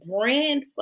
brand